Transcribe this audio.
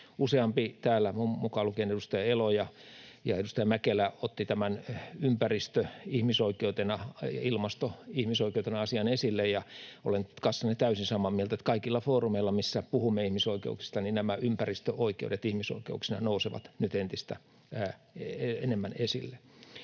Useampi täällä, mukaan lukien edustaja Elo ja edustaja Mäkelä, ottivat tämän ympäristö ihmisoikeutena ja ilmasto ihmisoikeutena ‑asian esille. Olen kanssanne täysin samaa mieltä, että kaikilla foorumeilla, missä puhumme ihmisoikeuksista, nämä ympäristöoikeudet ihmisoikeuksina nousevat nyt entistä enemmän esille.